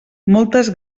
moltes